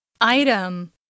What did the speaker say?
Item